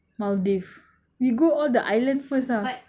maldives we go all the island first ah